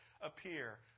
appear